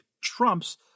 trumps